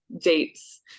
dates